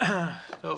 טוב,